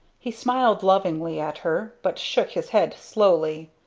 he smiled lovingly at her but shook his head slowly.